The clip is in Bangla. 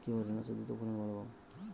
কিভাবে ঢেঁড়সের দ্রুত ফলন বাড়াব?